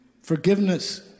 Forgiveness